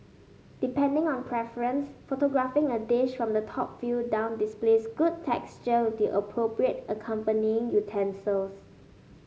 depending on preference photographing a dish from the top view down displays good texture with the appropriate accompanying utensils